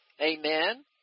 amen